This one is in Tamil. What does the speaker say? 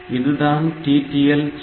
இதுதான் TTL சிப்